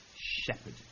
shepherd